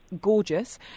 gorgeous